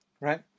right